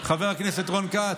חבר הכנסת רון כץ,